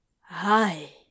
Hi